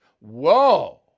Whoa